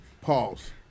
Pause